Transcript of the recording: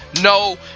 No